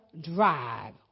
drive